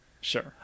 Sure